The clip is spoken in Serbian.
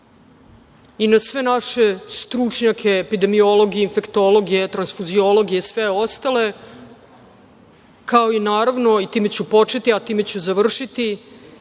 i na sve naše stručnjake, epidemiologe, infektologe, transfuziologe i sve ostale, kao i, naravno, time ću početi a time ću i završiti,